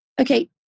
Okay